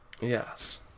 Yes